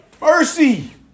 mercy